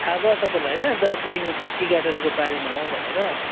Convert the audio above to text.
थाहा भयो तपाईँलाई होइन दार्जिलिङमा टी गार्डनको बारेमा हो भनेर